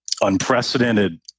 unprecedented